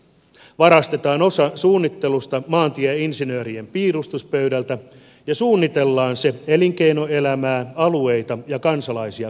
varastetaan osa suunnittelusta maantieinsinöörien piirustuspöydiltä ja suunnitellaan se elinkeinoelämää alueita ja kansalaisia kuunnellen